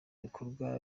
bikorwa